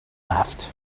left